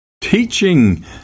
teaching